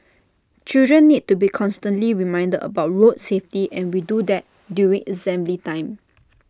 children need to be constantly reminded about road safety and we do that during assembly time